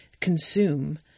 consume